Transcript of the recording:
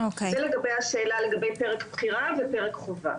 זה לגבי השאלה לגבי פרק בחירה ופרק חובה.